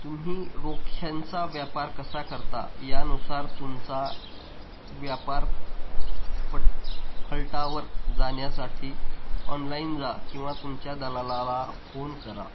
तुम्ही रोख्यांचा व्यापार कसा करता यानुसार तुमचा व्यापार प फलाटावर जाण्यासाठी ऑनलाईन जा किंवा तुमच्या दलालाला फोन करा